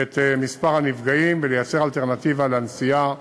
את מספר הנפגעים ולייצר אלטרנטיבה לנסיעה,